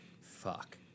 fuck